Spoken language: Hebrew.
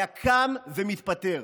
היה קם ומתפטר.